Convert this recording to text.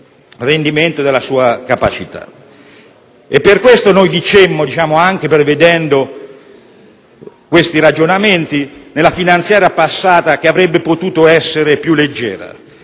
rendimento della sua capacità. Per tali ragioni dicemmo, anche prevedendo questi ragionamenti, che la finanziaria passata avrebbe potuto essere più leggera.